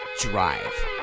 drive